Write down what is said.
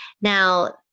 Now